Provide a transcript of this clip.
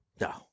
No